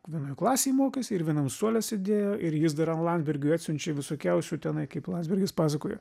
vienoj klasėj mokėsi ir vienam suole sėdėjo ir jis landsbergiui atsiunčia visokiausių tenai kaip landsbergis pasakojo